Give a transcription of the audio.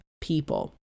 people